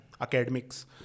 academics